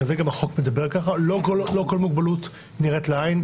לא כל מוגבלות נראית לעין,